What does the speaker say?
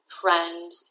trend